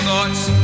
Thoughts